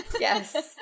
yes